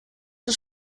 das